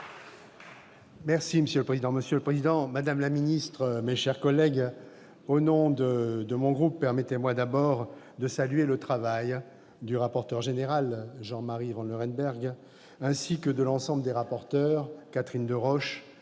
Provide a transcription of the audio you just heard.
le rapporteur général. Monsieur le président, madame la ministre, mes chers collègues, au nom de mon groupe, permettez-moi d'abord de saluer le travail du rapporteur général, Jean-Marie Vanlerenberghe, ainsi que de l'ensemble des rapporteurs, Catherine Deroche,